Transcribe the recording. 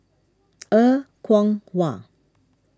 Er Kwong Wah